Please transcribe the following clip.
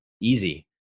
easy